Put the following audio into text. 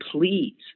Please